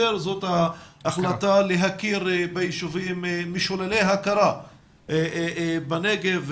זאת ההחלטה להכיר ביישובים משוללי ההכרה בנגב,